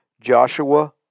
Joshua